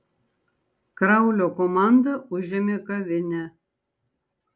kraulio komanda užėmė kavinę